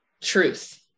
truth